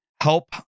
help